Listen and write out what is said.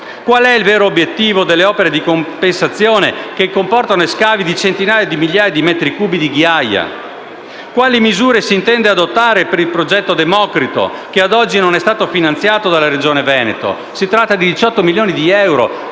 Qual è il vero obiettivo delle opere di compensazione che comportano scavi di centinaia di miliardi di metri cubi di ghiaia? Quali misure si intende adottare per il progetto «Democrito», che ad oggi non è stato finanziato dalla Regione Veneto? Si tratta di 18 milioni di euro